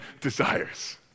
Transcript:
desires